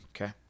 Okay